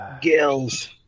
Gills